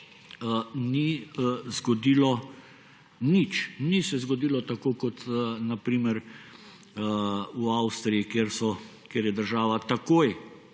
ni zgodilo nič. Ni se zgodilo tako kot na primer v Avstriji, kjer je država